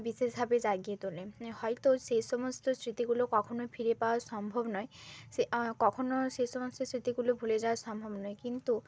বিশেষভাবে জাগিয়ে তোলে হয়তো সেই সমস্ত স্মৃতিগুলো কখনোই ফিরে পাওয়া সম্ভব নয় সে কখনও সেই সমস্ত স্মৃতিগুলো ভুলে যাওয়া সম্ভব নয় কিন্তু